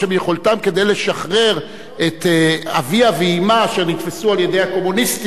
כדי לשחרר את אביה ואמה אשר נתפסו על-ידי הקומוניסטים.